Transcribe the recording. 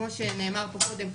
כמו שנאמר פה קודם,